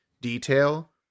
detail